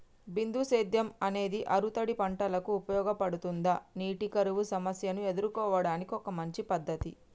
బిందు సేద్యం అనేది ఆరుతడి పంటలకు ఉపయోగపడుతుందా నీటి కరువు సమస్యను ఎదుర్కోవడానికి ఒక మంచి పద్ధతి?